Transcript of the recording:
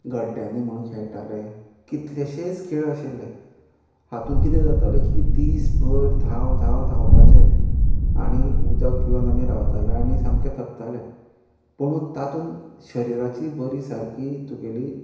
गड्ड्यांनी म्हुणू खेळटाले कितलेशेच खेळ आशिल्ले हातून किदें जातालें की दीस भर धांव धांव धांवपाचें आनी उदक पिवोन आमी रावताले आनी सामके थकताले पुणून तातून शरिराची बरी सारकी तुगेली